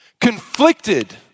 conflicted